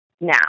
now